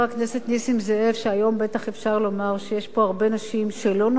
שהיום בטח אפשר לומר שיש פה הרבה נשים שלא נופלות מגברים,